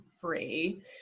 free